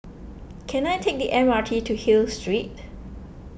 can I take the M R T to Hill Street